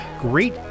great